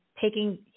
taking